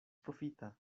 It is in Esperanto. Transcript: profita